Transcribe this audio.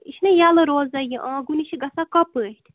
یہِ چھِنا یَلہٕ روزان یہِ آنٛگُن یہِ چھِ گَژھان کۄپٲٹھۍ